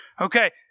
Okay